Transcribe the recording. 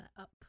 up